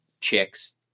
chicks